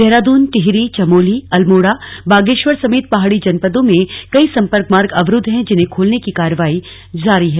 देहरादून टिहरी चमोली अल्मोड़ा बागेश्वर समेत पहाड़ी जनपदों में कई संपर्क मार्ग अवरुद्ध हैं जिन्हें खोलने की कार्रवाई जारी है